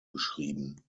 beschrieben